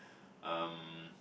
um